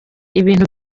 ibintu